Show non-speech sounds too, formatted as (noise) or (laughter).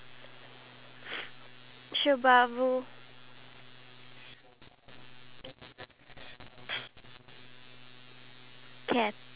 have the money (breath) to pay for the pets before you even have the money so that I can take over and name them (laughs)